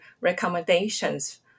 recommendations